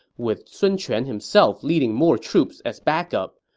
with sun quan himself leading more troops as backup.